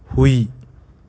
ꯍꯨꯏ